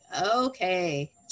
okay